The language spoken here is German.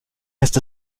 heißt